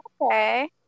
Okay